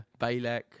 Balek